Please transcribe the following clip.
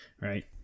right